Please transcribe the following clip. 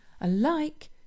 alike